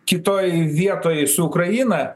kitoj vietoj su ukraina